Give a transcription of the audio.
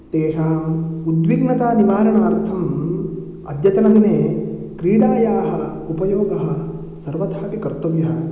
तेषाम् उद्विग्नतानिवारणार्थम् अद्यतनदिने क्रीडायाः उपयोगः सर्वथापि कर्तव्यः